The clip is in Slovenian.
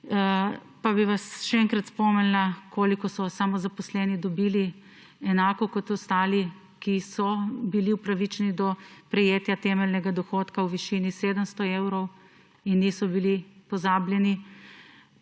bi vas še enkrat spomnila, da so samozaposleni dobili enako kot ostali, ki so bili upravičeni do prejetja temeljnega dohodka v višini 700 evrov in niso bili pozabljeni.